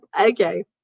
Okay